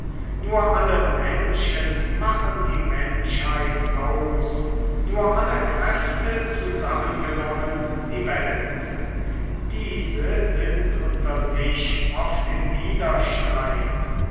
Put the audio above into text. nur alle menschen machen die menschheit aus nur alle kräfte zusammengenommen die welt diese sind unter sich oft im widerstreit